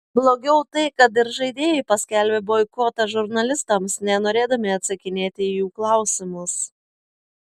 blogiau tai kad ir žaidėjai paskelbė boikotą žurnalistams nenorėdami atsakinėti į jų klausimus